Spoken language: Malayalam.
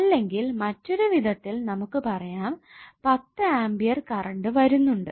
അല്ലെങ്കിൽ മറ്റൊരു വിധത്തിൽ നമുക്ക് പറയാം 10 ആമ്പിയർ കറണ്ട് വരുന്നുണ്ട്